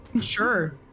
sure